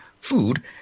food